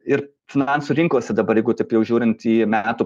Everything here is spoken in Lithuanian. ir finansų rinkose dabar taip jau žiūrint į metų